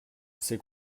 c’est